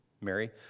Mary